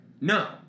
No